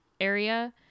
area